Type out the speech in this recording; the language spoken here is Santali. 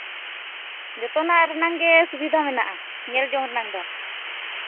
ᱡᱚᱛᱚᱱᱟᱜ ᱨᱮᱱᱟᱝ ᱜᱮ ᱥᱩᱵᱤᱫᱷᱟ ᱢᱮᱱᱟᱜᱼᱟ ᱧᱮᱞ ᱡᱚᱝ ᱨᱮᱱᱟᱜ ᱫᱚ